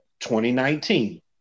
2019